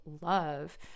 love